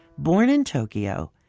born in tokyo,